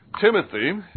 Timothy